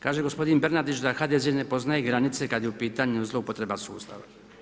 Kaže gospodin Bernardić da HDZ ne poznaje granice kada je u pitanju zloupotreba sustava.